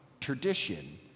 tradition